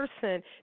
person